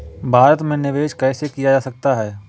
भारत में निवेश कैसे किया जा सकता है?